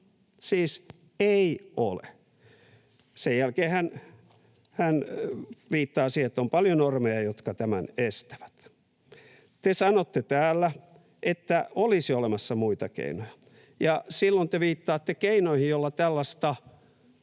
Siis ei ole. Sen jälkeen hän viittaa siihen, että on paljon normeja, jotka tämän estävät. Te sanotte täällä, että olisi olemassa muita keinoja, ja silloin te viittaatte keinoihin, joilla tällaista